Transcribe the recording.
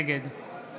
נגד